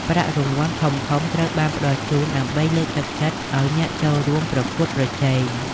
ប្រាក់រង្វាន់ ធំៗត្រូវបានផ្តល់ជូនដើម្បីលើកទឹកចិត្តឱ្យអ្នកចូលរួមប្រកួតប្រជែង។